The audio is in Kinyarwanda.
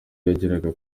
yageraga